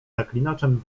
zaklinaczem